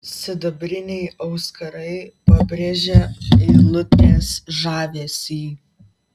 sidabriniai auskarai pabrėžė eilutės žavesį